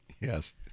Yes